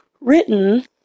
written